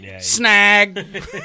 Snag